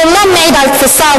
אומנם מעיד על תפיסה,